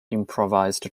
improvised